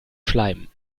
schleim